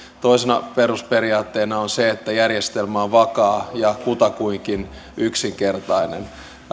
toisena perusperiaatteena on se että järjestelmä on vakaa ja kutakuinkin yksinkertainen